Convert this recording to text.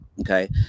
okay